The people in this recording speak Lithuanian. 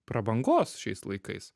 prabangos šiais laikais